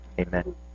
Amen